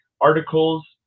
articles